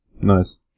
Nice